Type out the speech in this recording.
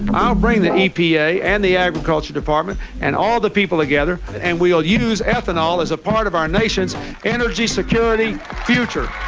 i'll bring the epa and the agriculture department and all the people together and we'll use ethanol as a part of our nation's energy security future!